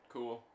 Cool